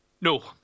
No